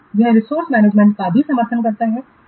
यह resource management का भी समर्थन करता है